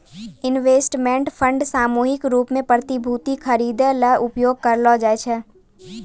investment fund सामूहिक रूप सें प्रतिभूति खरिदै ल उपयोग करलो जाय छै